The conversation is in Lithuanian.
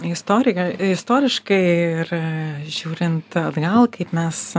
istorija istoriškai ir žiūrint atgal kaip mes